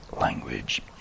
language